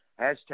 hashtag